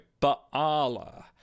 Baala